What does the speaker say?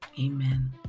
Amen